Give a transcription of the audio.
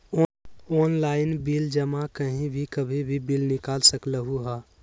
Online bill जमा कहीं भी कभी भी बिल निकाल सकलहु ह?